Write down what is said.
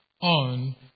on